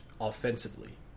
offensively